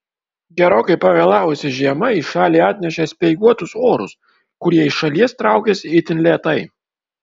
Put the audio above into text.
gerokai pavėlavusi žiema į šalį atnešė speiguotus orus kurie iš šalies traukiasi itin lėtai